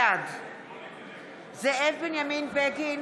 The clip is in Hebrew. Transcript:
בעד זאב בנימין בגין,